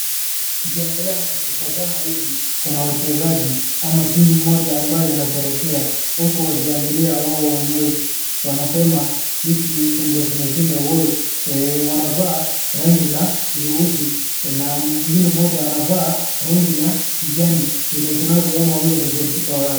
Tukiangalia ama tukitazama hivi kuna wachezaji ama timu ambayo inashereheka huku wakiangalia wao wenyewe wanasema sisi ndio tumeshinda. Wanavaa rangi la nyeusi na mwingine mmoja anavaa rangi ya kijani vile tunavyoona huyo ni goal keeper wao.